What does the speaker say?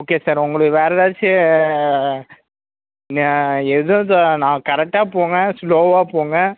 okay sir உங்களுக்கு வேறு எதாச்சும் ஆ எதுதோ நான் கரெக்டாக போங்க ஸ்லோவாக போங்க